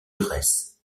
grèce